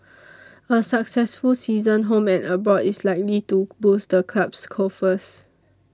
a successful season home and abroad is likely to boost the club's coffers